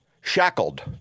shackled